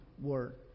word